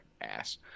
ass